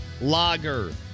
Lager